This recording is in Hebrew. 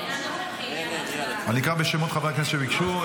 אני אקרא בשמחות חברי הכנסת שביקשו.